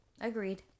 Agreed